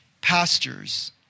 pastures